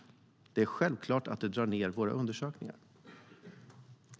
Det är självklart att det drar ned våra undersökningar.